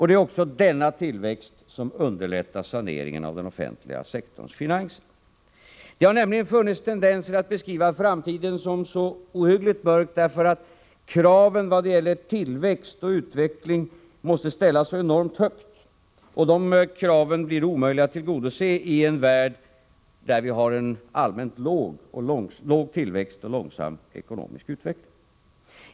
Det är också denna tillväxt som underlättar saneringen av den offentliga sektorns finanser. Det har nämligen funnits tendenser att beskriva framtiden som så ohyggligt mörk därför att kraven vad gäller tillväxt och utveckling ställts så enormt högt. De kraven blir omöjliga att tillgodose i en värld där vi har en allmänt låg tillväxt och en långsam ekonomisk utveckling.